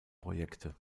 projekte